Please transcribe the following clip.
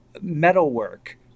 metalwork